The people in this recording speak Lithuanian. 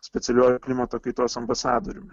specialiuoju klimato kaitos ambasadoriumi